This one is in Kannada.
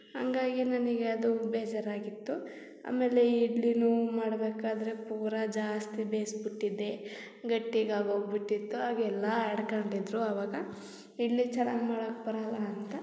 ಹಾಗಾಗಿ ನನಗೆ ಅದು ಬೇಜಾರಾಗಿತ್ತು ಆಮೇಲೆ ಇಡ್ಲಿನೂ ಮಾಡಬೇಕಾದ್ರೆ ಪೂರ ಜಾಸ್ತಿ ಬೇಯ್ಸ್ಬುಟ್ಟಿದ್ದೆ ಗಟ್ಟಿಗೆ ಆಗೋಗಿಬಿಟ್ಟಿತ್ತು ಆಗ ಎಲ್ಲ ಆಡ್ಕೊಂಡಿದ್ರು ಅವಾಗ ಇಡ್ಲಿ ಚೆನ್ನಾಗಿ ಮಾಡಕ್ಕೆ ಬರಲ್ಲ ಅಂತ